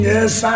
Yes